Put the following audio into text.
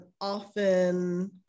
often